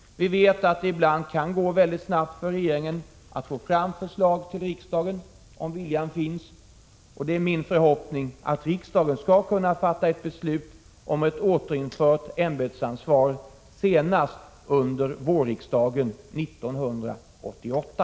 Vi vet att det ibland kan gå mycket snabbt för regeringen att få fram förslag till riksdagen, om viljan finns, och det är min förhoppning att riksdagen skall kunna fatta beslut om ett återinförande av ämbetsansvaret senast under vårriksdagen 1988.